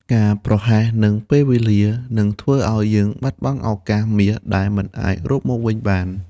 ការប្រហែសនឹងពេលវេលា នឹងធ្វើឱ្យយើងបាត់បង់ឱកាសមាសដែលមិនអាចរកមកវិញបាន។